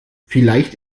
vielleicht